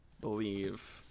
believe